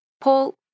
Paul